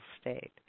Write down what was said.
state